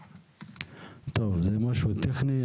טוב, זה משהו טכני.